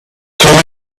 coming